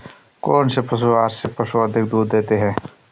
कौनसे पशु आहार से पशु अधिक दूध देते हैं?